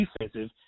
defensive